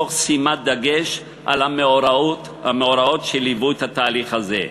תוך שימת דגש על המאורעות שליוו את התהליך הזה.